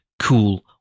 cool